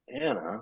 Anna